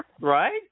Right